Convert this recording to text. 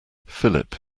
philip